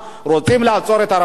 רוצים לעצור את הרמטכ"ל,